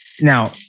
Now